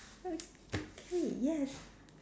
okay yes